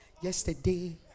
yesterday